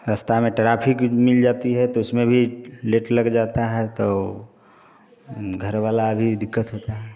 रास्ता में ट्राफिक मिल जाती है तो उसमें भी लेट लग जाता है तो घर वाला भी दिक्कत होता है